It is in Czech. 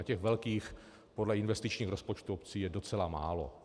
Těch velkých podle investičních rozpočtů obcí je docela málo.